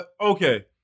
Okay